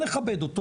נכבד אותו,